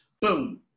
boom